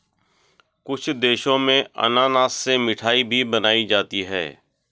कुछ देशों में अनानास से मिठाई भी बनाई जाती है